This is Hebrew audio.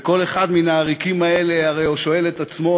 וכל אחד מן העריקים האלה הרי שואל את עצמו